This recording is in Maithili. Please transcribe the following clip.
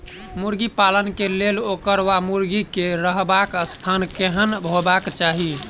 मुर्गी पालन केँ लेल ओकर वा मुर्गी केँ रहबाक स्थान केहन हेबाक चाहि?